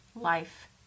life